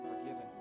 forgiven